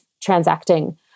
transacting